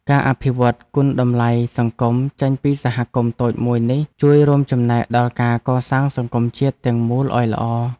ការអភិវឌ្ឍគុណតម្លៃសង្គមចេញពីសហគមន៍តូចមួយនេះជួយរួមចំណែកដល់ការកសាងសង្គមជាតិទាំងមូលឱ្យល្អ។